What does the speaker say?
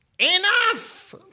enough